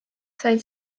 said